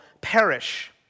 perish